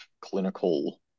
clinical